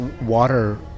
water